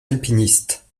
alpinistes